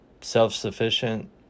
Self-sufficient